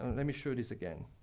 let me show this again.